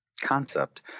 concept